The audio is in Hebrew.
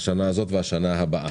השנה הזאת והשנה באה.